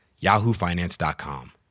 yahoofinance.com